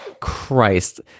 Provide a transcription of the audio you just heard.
Christ